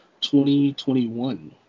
2021